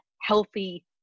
healthy